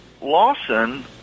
Lawson